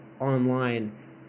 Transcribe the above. online